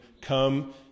come